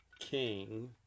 king